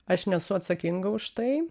aš nesu atsakinga už tai